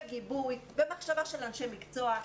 גיבוי ומחשבה של אנשי מקצוע,